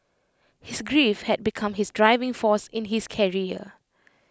his grief had become his driving force in his career